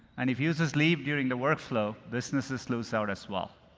and if users leave during the workflow, businesses lose out as well.